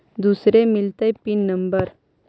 दुसरे मिलतै pin number?